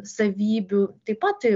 savybių taip pat